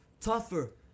tougher